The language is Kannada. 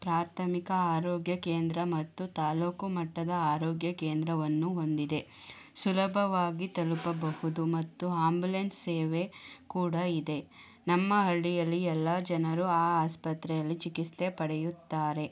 ಪ್ರಾಥಮಿಕ ಆರೋಗ್ಯ ಕೇಂದ್ರ ಮತ್ತು ತಾಲ್ಲೂಕು ಮಟ್ಟದ ಆರೋಗ್ಯ ಕೇಂದ್ರವನ್ನು ಹೊಂದಿದೆ ಸುಲಭವಾಗಿ ತಲುಪಬಹುದು ಮತ್ತು ಆಂಬುಲೆನ್ಸ್ ಸೇವೆ ಕೂಡ ಇದೆ ನಮ್ಮ ಹಳ್ಳಿಯಲ್ಲಿ ಎಲ್ಲ ಜನರು ಆ ಆಸ್ಪತ್ರೆಯಲ್ಲಿ ಚಿಕಿತ್ಸೆ ಪಡೆಯುತ್ತಾರೆ